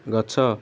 ଗଛ